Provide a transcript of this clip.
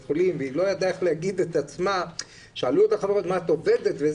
חולים וכששאלו אותה חברות היכן היא עובדת,